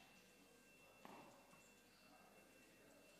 קודם כול, איפה סעדי?